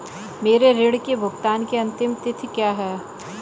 मेरे ऋण के भुगतान की अंतिम तिथि क्या है?